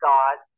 God